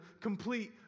complete